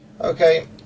okay